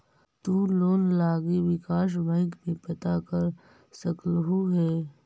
तु लोन लागी विकास बैंक में पता कर सकलहुं हे